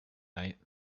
night